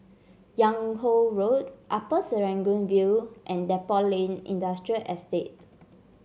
Yung Ho Road Upper Serangoon View and Depot Lane Industrial Estate